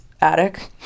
attic